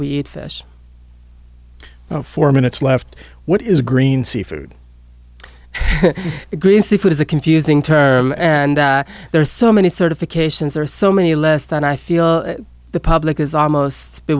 we eat fish four minutes left what is green seafood greasy food is a confusing term and there are so many certifications there are so many less than i feel the public is almost